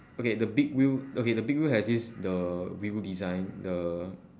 okay the big wheel okay the big wheel has this the wheel design the